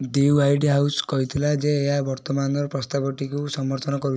ଦି White House କହିଥିଲା ଯେ ଏହା ବର୍ତ୍ତମାନର ପ୍ରସ୍ତାବଟିକୁ ସମର୍ଥନ କରୁ